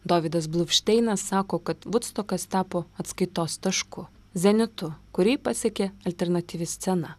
dovydas bluvšteinas sako kad vudstokas tapo atskaitos tašku zenitu kurį pasiekė alternatyvi scena